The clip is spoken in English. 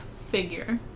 figure